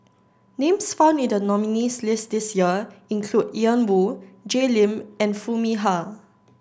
names found in the nominees' list this year include Ian Woo Jay Lim and Foo Mee Har